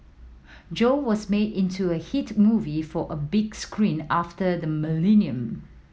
Joe was made into a hit movie for the big screen after the millennium